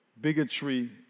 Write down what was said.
bigotry